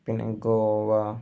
പിന്നെ ഗോവ